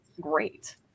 great